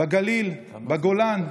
בגליל, בגולן ובדרום.